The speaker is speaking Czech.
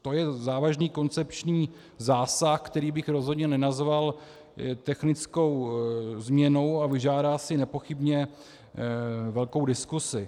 To je závažný koncepční zásah, který bych rozhodně nenazval technickou změnou, a vyžádá si nepochybně velkou diskusi.